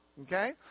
okay